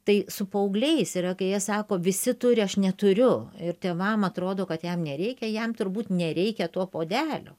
tai su paaugliais yra kai jie sako visi turi aš neturiu ir tėvam atrodo kad jam nereikia jam turbūt nereikia to puodelio